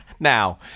Now